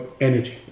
energy